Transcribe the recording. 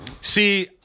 See